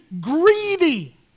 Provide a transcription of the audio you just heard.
greedy